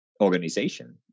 organization